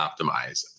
optimize